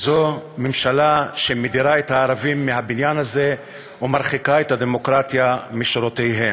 זו ממשלה שמדירה את הערבים מהבניין הזה ומרחיקה את הדמוקרטיה משורותיהם.